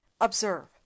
Observe